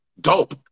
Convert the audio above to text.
dope